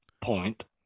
point